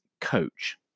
coach